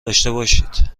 داشتهباشید